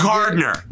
Gardner